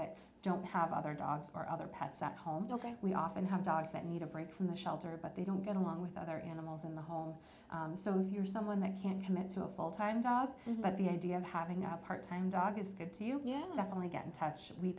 that don't have other dogs are other pets at home we often have dogs that need a break from the shelter but they don't get along with other animals in the home so if you're someone they can't commit to a full time job but the idea of having a part time dog biscuits you definitely get in touch we